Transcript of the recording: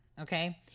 okay